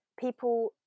People